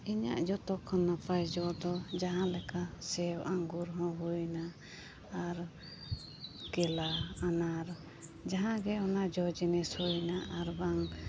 ᱤᱧᱟᱹᱜ ᱡᱚᱛᱚ ᱠᱷᱚᱱ ᱱᱟᱯᱟᱭ ᱡᱚ ᱫᱚ ᱡᱟᱦᱟᱸᱞᱮᱠᱟ ᱥᱮᱣ ᱟᱸᱜᱩᱨ ᱦᱚᱸ ᱦᱩᱭ ᱮᱱᱟ ᱟᱨ ᱠᱮᱞᱟ ᱟᱱᱟᱨ ᱡᱟᱦᱟᱸ ᱜᱮ ᱚᱱᱟ ᱡᱚ ᱡᱤᱱᱤᱥ ᱦᱩᱭ ᱮᱱᱟ ᱟᱨ ᱵᱟᱝ